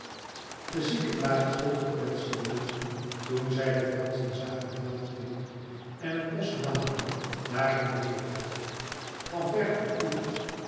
de ziekenwagens vol gekwetsten namen toen zij de franschen zagen veld winnen en het bosch naderen daarin de vlucht van